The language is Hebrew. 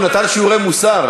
הוא נתן שיעורי מוסר,